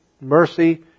mercy